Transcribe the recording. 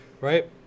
Right